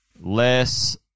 less